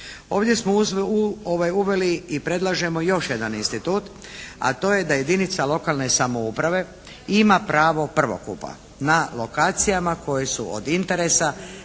Ovdje smo uveli i predlažemo još jedan institut, a to je da jedinica lokalne samouprave ima pravo prvokupa na lokacijama koje su od interesa